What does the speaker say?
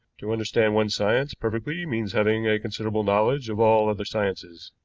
to understand one science perfectly means having a considerable knowledge of all other sciences.